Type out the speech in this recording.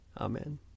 Amen